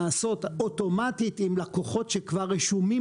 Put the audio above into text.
נעשות אוטומטית עם לקוחות שכבר רשומים